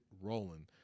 rolling